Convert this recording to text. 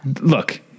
look